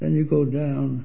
and you go down